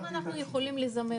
אם אנחנו יכולים לזמן,